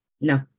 No